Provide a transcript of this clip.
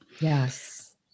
Yes